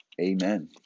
Amen